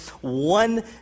one